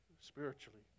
spiritually